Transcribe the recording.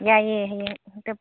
ꯌꯥꯏꯌꯦ ꯍꯌꯦꯡ ꯍꯦꯛꯇ